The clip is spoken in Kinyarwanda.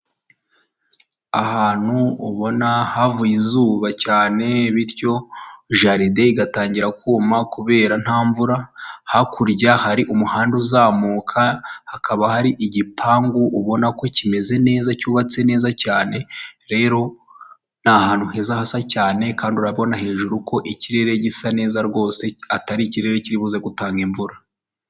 Umuhanda munini hakurya y'umuhanda hari inzu nini icururizwamo ibintu bitandukanye hari icyapa cy'amata n'icyapa gicuruza farumasi n'imiti itandukanye.